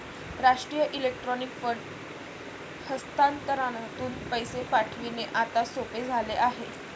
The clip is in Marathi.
राष्ट्रीय इलेक्ट्रॉनिक फंड हस्तांतरणातून पैसे पाठविणे आता सोपे झाले आहे